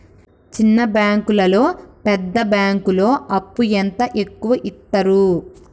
చిన్న బ్యాంకులలో పెద్ద బ్యాంకులో అప్పు ఎంత ఎక్కువ యిత్తరు?